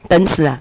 等死 ah